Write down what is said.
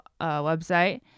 website